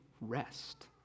rest